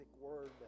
word